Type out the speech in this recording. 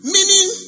Meaning